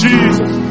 Jesus